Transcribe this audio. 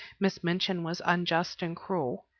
miss minchin was unjust and cruel,